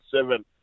seven